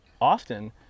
often